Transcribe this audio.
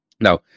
Now